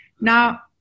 Now